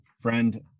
friend